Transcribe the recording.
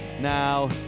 Now